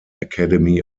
academy